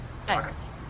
thanks